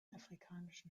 afrikanischen